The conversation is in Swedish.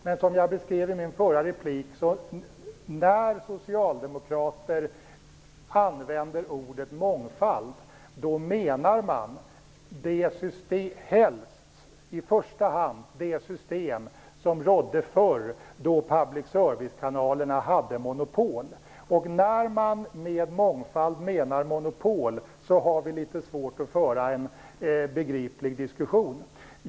Men, som jag beskrev i min förra replik, när socialdemokrater använder ordet mångfald menar de i första hand det system som rådde förr då public servicekanalerna hade monopol. Om de menar monopol när de talar om mångfald har vi litet svårt att föra en begriplig diskussion.